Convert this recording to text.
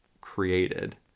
created